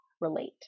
relate